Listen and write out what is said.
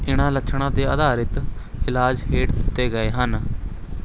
ਇਹਨਾਂ ਲੱਛਣਾਂ 'ਤੇ ਆਧਾਰਿਤ ਇਲਾਜ ਹੇਠਾਂ ਦਿੱਤੇ ਗਏ ਹਨ